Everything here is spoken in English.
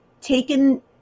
taken